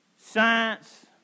science